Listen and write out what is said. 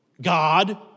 God